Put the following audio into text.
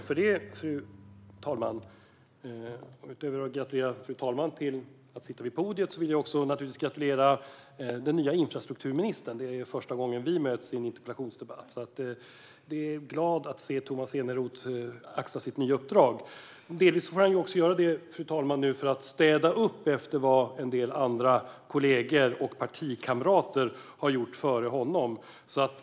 Fru talman! Utöver att jag gratulerar fru talmannen till att sitta vid podiet vill jag naturligtvis också gratulera den nya infrastrukturministern. Det är första gången som vi möts i en interpellationsdebatt. Jag är glad över att se Tomas Eneroth axla sitt nya uppdrag. Delvis får han nu göra det för att städa upp efter vad en del andra kollegor och partikamrater har gjort före honom.